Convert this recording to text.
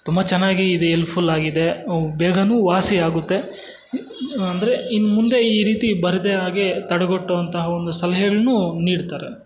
ತುಂಬ ಚೆನ್ನಾಗಿ ಇದು ಎಲ್ಪ್ಫುಲ್ ಆಗಿದೆ ಬೇಗನೂ ವಾಸಿ ಆಗುತ್ತೆ ಅಂದರೆ ಇನ್ನುಮುಂದೆ ಈ ರೀತಿ ಬರದೆ ಹಾಗೆ ತಡೆಗಟ್ಟುವಂತಹ ಒಂದು ಸಲಹೆಯನ್ನೂ ನೀಡ್ತಾರೆ